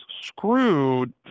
screwed